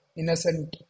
innocent